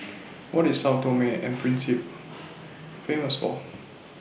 What IS Sao Tome and Principe Famous For